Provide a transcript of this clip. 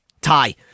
Tie